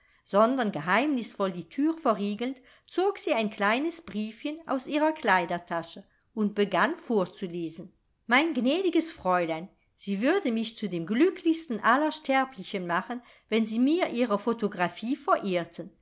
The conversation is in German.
sondern geheimnisvoll die thür verriegelnd zog sie ein kleines briefchen aus ihrer kleidertasche und begann vorzulesen mein gnädiges fräulein sie würden mich zu dem glücklichsten aller sterblichen machen wenn sie mir ihre photographie